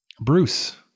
Bruce